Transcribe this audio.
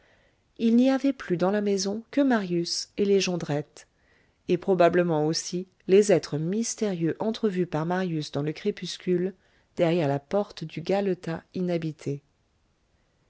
il n'y avait plus dans la maison que marius et les jondrette et probablement aussi les êtres mystérieux entrevus par marius dans le crépuscule derrière la porte du galetas inhabité